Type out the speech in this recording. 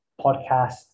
podcast